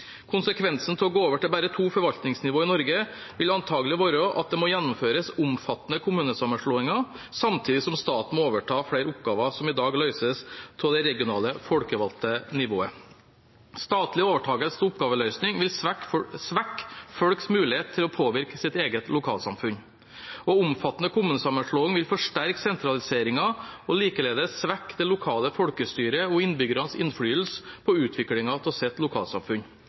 Konsekvensen av å gå over til bare to forvaltningsnivåer i Norge vil antakelig være at det må gjennomføres omfattende kommunesammenslåinger, samtidig som staten må overta flere oppgaver som i dag løses av det regionale folkevalgte nivået. Statlig overtakelse av oppgaveløsning vil svekke folks mulighet til å påvirke sitt eget lokalsamfunn. Omfattende kommunesammenslåing vil forsterke sentraliseringen og likeledes svekke det lokale folkestyret og innbyggernes innflytelse på utviklingen av sitt lokalsamfunn.